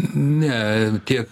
ne tiek